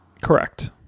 Correct